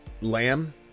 Lamb